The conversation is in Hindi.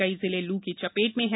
कई जिल लू की चपप्त में हैं